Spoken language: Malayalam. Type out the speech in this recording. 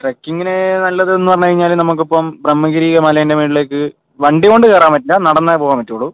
ട്രക്കിങ്ങിന് നല്ലതെന്ന് പറഞ്ഞുകഴിഞ്ഞാൽ നമുക്കിപ്പം ബ്രഹ്മഗിരി മലേൻ്റെ മുകളിലേക്ക് വണ്ടികൊണ്ട് കയറാൻ പറ്റില്ല നടന്നേ പോവാൻ പറ്റുള്ളൂ